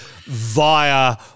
via